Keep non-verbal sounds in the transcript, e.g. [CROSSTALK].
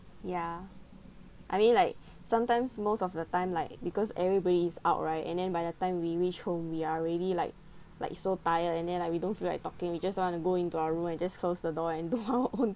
ya I mean like [BREATH] sometimes most of the time like because everybody's out right and then by the time we reach home we are already like like so tired and then like we don't feel like talking we just want to go into our room and just close the door and do our own